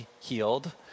healed